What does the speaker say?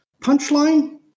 Punchline